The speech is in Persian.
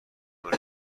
مال